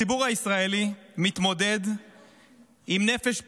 הציבור הישראלי מתמודד עם נפש פצועה,